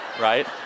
Right